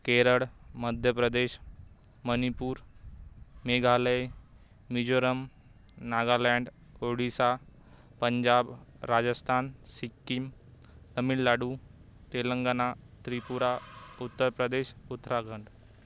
Kerala Madhya Pradesh Manipur Meghalaya Mizoram Nagaland Odisha Punjab Rajasthan Sikkim Tamil Nadu Telangana Tripura Uttar Pradesh Uttarakhand